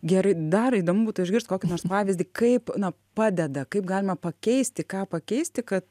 gerai dar įdomu būtų išgirst kokį nors pavyzdį kaip na padeda kaip galima pakeisti ką pakeisti kad